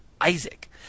Isaac